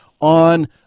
on